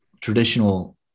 traditional